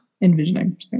envisioning